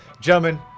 Gentlemen